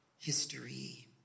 history